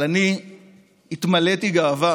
אבל אני התמלאתי גאווה